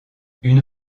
une